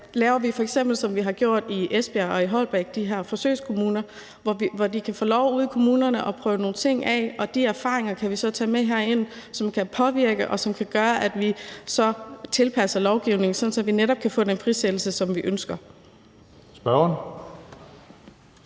laver, som vi f.eks. har gjort det i Esbjerg og Holbæk, de her forsøgskommuner, hvor de ude i kommunerne kan få lov at prøve nogle ting af. De erfaringer kan vi så tage med herind, og de kan så påvirke os og gøre, at vi tilpasser lovgivningen, så vi netop kan få den frisættelse, som vi ønsker. Kl.